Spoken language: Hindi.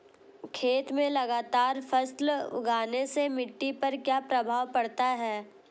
खेत में लगातार फसल उगाने से मिट्टी पर क्या प्रभाव पड़ता है?